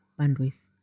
bandwidth